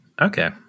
Okay